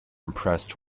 impressed